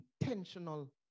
intentional